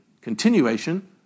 continuation